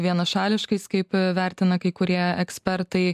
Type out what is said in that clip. vienašališkais kaip vertina kai kurie ekspertai